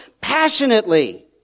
passionately